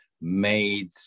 made